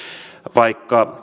vaikka